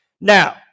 Now